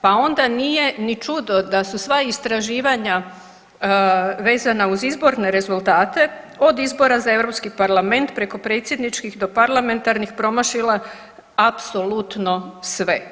Pa onda nije ni čudo da su sva istraživanja vezana uz izborne rezultate od izbora za Europski parlament preko predsjedničkih do parlamentarnih promašila apsolutno sve.